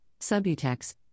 Subutex